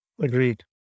Agreed